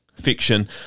fiction